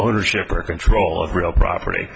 ownership or control of real property